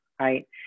right